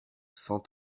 cent